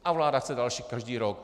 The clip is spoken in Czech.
A vláda chce další každý rok.